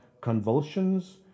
convulsions